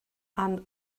and